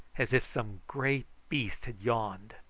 as if some great beast had yawned.